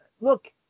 Look